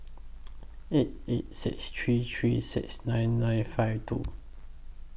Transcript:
eight eight six three three six nine nine five two